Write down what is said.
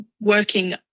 working